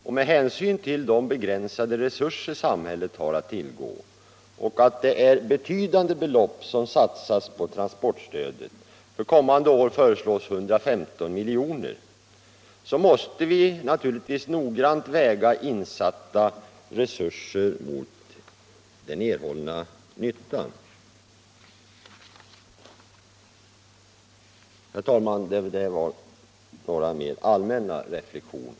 Och med hänsyn till de begränsade resurser samhället har att tillgå och de betydande belopp som satsas på transportstödet — för kommande år föreslås 115 miljoner — måste vi naturligtvis noggrant väga insatta resurser mot den erhållna nyttan. Herr talman! Det här var några mer allmänna reflexioner.